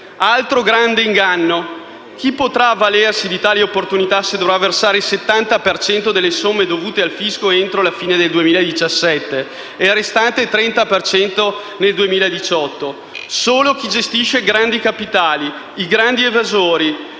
altro grande inganno. Chi potrà avvalersi di tale opportunità se dovrà versare il 70 per cento delle somme dovute al fisco entro la fine 2017 e il restante 30 per cento nel 2018? Solo chi gestisce grandi capitali, cioè i grandi evasori,